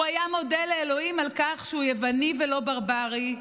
הוא היה מודה לאלוהים על כך שהוא יווני ולא ברברי,